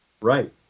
Right